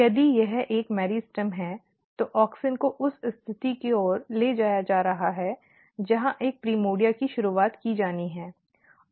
यदि यह एक मेरिस्टेम है तो ऑक्सिन को उस स्थिति की ओर ले जाया जा रहा है जहां एक प्राइमर्डिया की शुरुआत की जानी है